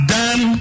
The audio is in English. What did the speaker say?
done